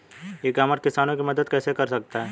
ई commerce किसानों की मदद कैसे कर सकता है?